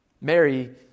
Mary